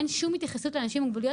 אין שום התייחסות לאנשים עם מוגבלויות